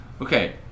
Okay